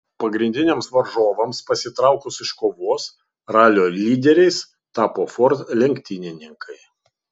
pagrindiniams varžovams pasitraukus iš kovos ralio lyderiais tapo ford lenktynininkai